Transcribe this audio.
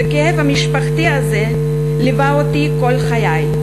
והכאב המשפחתי הזה ליווה אותי כל חיי.